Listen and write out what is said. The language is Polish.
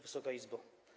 Wysoka Izbo!